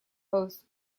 host